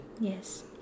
yes